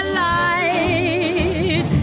light